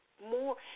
more